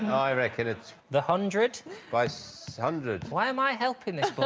i reckon it's the hundred by so hundred why am i help in this